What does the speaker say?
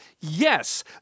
Yes